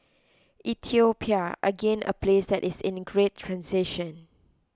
Ethiopia again a place that is in great transition